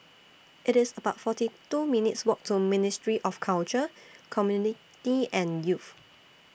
It's about forty two minutes' Walk to Ministry of Culture Community and Youth